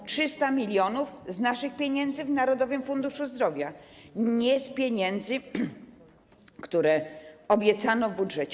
Będą - 300 mln z naszych pieniędzy w Narodowym Funduszu Zdrowia, nie z pieniędzy, które obiecano w budżecie.